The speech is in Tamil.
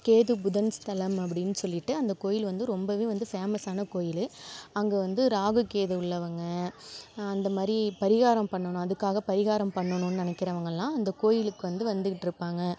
கேது புதன் ஸ்தலம் அப்படின்னு சொல்லிட்டு அந்தக் கோயில் வந்து ரொம்பவே வந்து ஃபேமஸான கோயில் அங்கே வந்து ராகு கேது உள்ளவங்க அந்தமாதிரி பரிகாரம் பண்ணனும் அதுக்காகப் பரிகாரம் பண்ணணுன்னு நினைக்கிறவங்கலாம் அந்தக் கோயிலுக்கு வந்து வந்துகிட்டு இருப்பாங்க